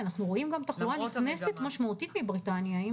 אנחנו גם רואים תחלואה נכנסת משמעותית מבריטניה.